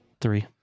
Three